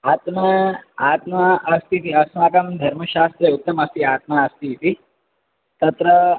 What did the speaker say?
आत्मा आत्मा अस्तीति अस्माकं धर्मशास्त्रे उक्तमस्ति आत्मा अस्ति इति तत्र